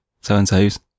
so-and-sos